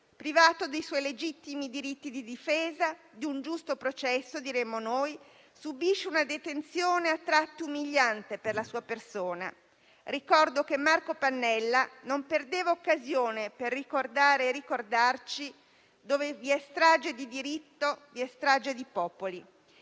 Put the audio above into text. Privato dei suoi legittimi diritti di difesa - di un giusto processo, diremmo noi - subisce una detenzione a tratti umiliante per la sua persona. Ricordo che Marco Pannella non perdeva occasione per ricordare e ricordarci che «dove vi è strage di diritto, vi è strage di popoli».